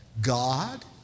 God